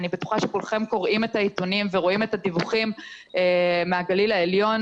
אני בטוחה שכולכם קוראים את העיתונים ורואים את הדיווחים מהגליל העליון,